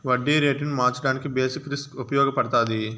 వడ్డీ రేటును మార్చడానికి బేసిక్ రిస్క్ ఉపయగపడతాది